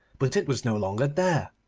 but it was no longer there.